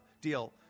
deal